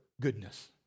goodness